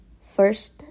first